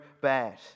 bad